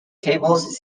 tables